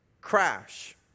crash